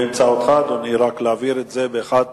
באמצעותך, אדוני, רק להעביר את זה באחת